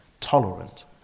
tolerant